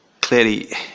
Clearly